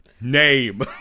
name